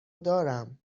دارم